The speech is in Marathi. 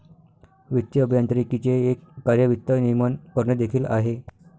वित्तीय अभियांत्रिकीचे एक कार्य वित्त नियमन करणे देखील आहे